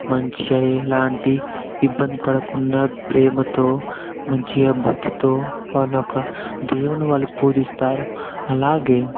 మంచిగ ఎలాంటి ఇబ్బంది పడకుండా ప్రేమతో మంచిగ భక్తితో వాళ్ళ యొక్క దేవుణ్ణి వాళ్ళు పూజిస్తారు అలాగే